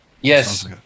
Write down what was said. Yes